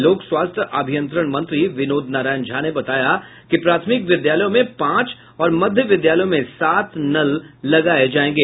लोक स्वास्थ्य अभियंत्रण मंत्री विनोद नारायण झा ने बताया कि प्राथमिक विद्यालयों में पांच और मध्य विद्यालयों में सात नल लगाये जायेंगे